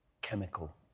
chemical